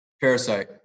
Parasite